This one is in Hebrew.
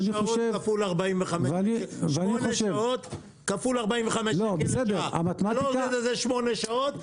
ואני חושב -- שמונה שעות כפול 45. לא לתת שמונה שעות,